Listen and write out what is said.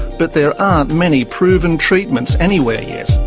but there aren't many proven treatments anywhere yet.